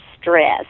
stress